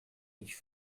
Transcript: nicht